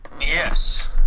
Yes